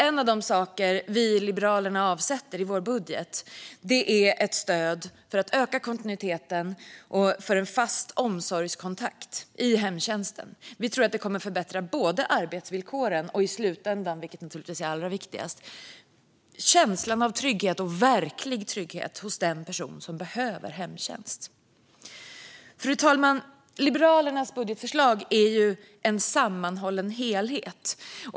En av de saker vi liberaler avsätter i vår budget är ett stöd för att öka kontinuiteten och för en fast omsorgskontakt i hemtjänsten. Vi tror att det kommer att förbättra arbetsvillkoren och i slutändan - vilket naturligtvis är allra viktigast - känslan av verklig trygghet hos den person som behöver hemtjänst. Fru talman! Liberalernas budgetförslag är en sammanhållen helhet.